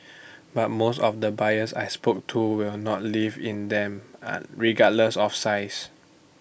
but most of the buyers I spoke to will not live in them regardless of size